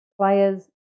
players